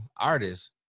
artists